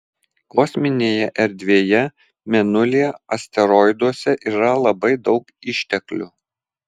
kosminėje erdvėje mėnulyje asteroiduose yra labai daug išteklių